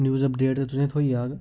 news update ते तुसेंई थ्होई जाग